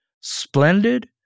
splendid